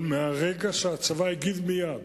אבל מכיוון שהצבא הגיב מייד,